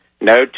No